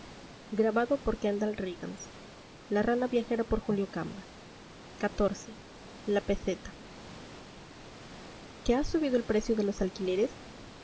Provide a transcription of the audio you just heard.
la peseta que ha subido el precio de los alquileres